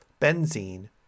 benzene